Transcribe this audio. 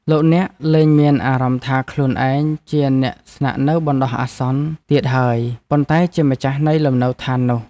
លោកអ្នកលែងមានអារម្មណ៍ថាខ្លួនឯងជាអ្នកស្នាក់នៅបណ្ដោះអាសន្នទៀតហើយប៉ុន្តែជាម្ចាស់នៃលំនៅឋាននោះ។